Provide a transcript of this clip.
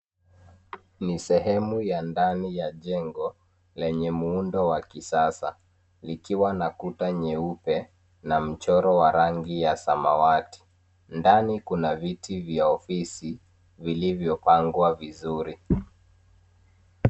Ni Sehemu ya ndani ya jengo lenye muundo wa kisasa likiwa na kuta nyeupe na mchoro wa rangi ya samawati. Ndani kuna viti vya ofisi vilivyo pangwa vizuri.